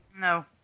No